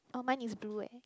oh mine is blue eh